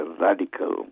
radical